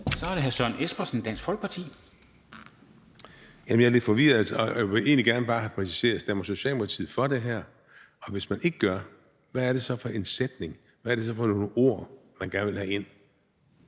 Kl. 10:18 Søren Espersen (DF): Jamen jeg er lidt forvirret og vil egentlig bare gerne have præciseret, om Socialdemokratiet stemmer for det her. Og hvis man ikke gør, hvad er det så for en sætning, hvad er det så for nogle ord, man gerne vil have sat